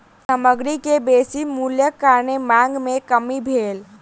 सामग्री के बेसी मूल्यक कारणेँ मांग में कमी भेल